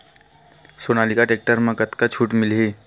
Sonalika tractor म कतका छूट मिलही?